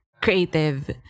creative